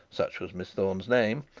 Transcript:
such was miss thorne's name,